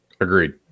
agreed